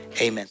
Amen